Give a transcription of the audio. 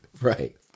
right